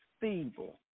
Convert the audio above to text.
feeble